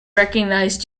recognised